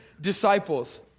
disciples